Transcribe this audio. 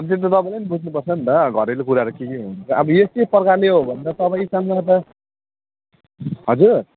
अब त्यो त तपाईँले पनि बुझ्नुपर्छ नि त घरेलु कुराहरू के के हुन्छ अब यस्तै प्रकार हो भने त तपाईँसँग त हजुर